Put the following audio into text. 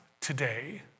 today